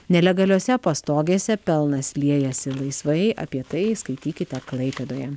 nelegaliose pastogėse pelnas liejasi laisvai apie tai skaitykite klaipėdoje